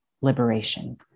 liberation